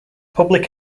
public